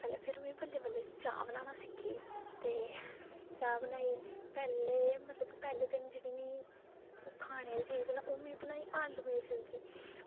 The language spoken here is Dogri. लेकिन कदें कदें जेह्ड़ी चीज़ां बनाने दी कोशिश कीती की ओह् बनी जान जां खराब निं होई जान तां बी एह् मतलब की मज़ा आंदा ऐ